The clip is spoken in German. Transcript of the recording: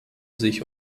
sich